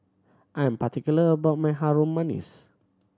I'am particular about my Harum Manis